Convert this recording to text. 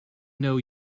know